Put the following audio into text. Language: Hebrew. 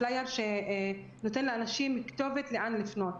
פלאייר שנותן לאנשים כתובת לאן לפנות.